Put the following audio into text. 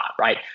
right